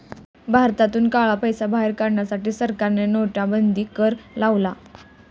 भारतातून काळा पैसा बाहेर काढण्यासाठी सरकारने नोटाबंदी कर लावला